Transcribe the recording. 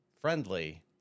friendly